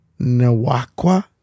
Nawakwa